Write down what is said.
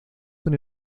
con